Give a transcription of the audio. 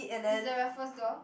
is the Raffles girl